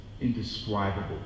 indescribable